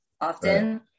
often